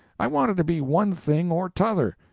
i wanted to be one thing or t'other.